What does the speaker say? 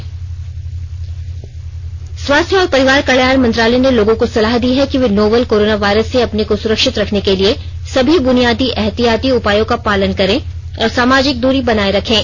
advisory स्वास्थ्य और परिवार कल्याण मंत्रालय ने लोगों को सलाह दी है कि वे नोवल कोरोना वायरस से अपने को सुरक्षित रखने के लिए सभी बूनियादी एहतियाती उपायों का पालन करें और सामाजिक दूरी बनाए रखें